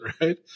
right